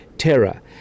terror